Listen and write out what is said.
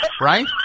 right